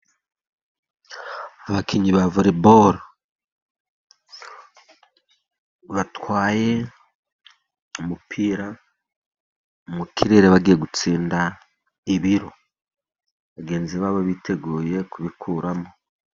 Abakinnyi ba voreboro batwaye umupira mu kirere, bagiye gutsinda ibiro. Bagenzi ba bo biteguye kubikuramo.